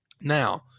Now